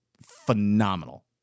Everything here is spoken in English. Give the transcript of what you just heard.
phenomenal